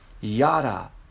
yada